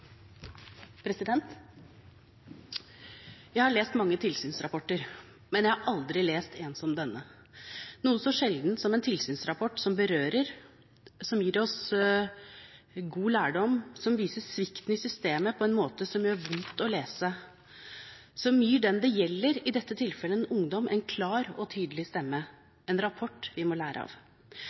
Jeg har lest mange tilsynsrapporter, men jeg har aldri lest en som denne. Det er noe så sjeldent som en tilsynsrapport som berører, som gir oss god lærdom, som viser svikt i systemet på en måte som gjør vondt å lese, som gir den det gjelder – i dette tilfellet en ungdom – en klar og tydelig stemme, en rapport vi må lære av.